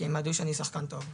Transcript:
כי הם ידעו שאני שחקן טוב.